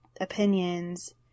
opinions